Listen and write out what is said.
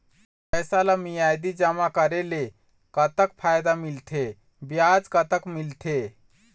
पैसा ला मियादी जमा करेले, कतक फायदा मिलथे, ब्याज कतक मिलथे?